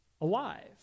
alive